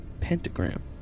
pentagram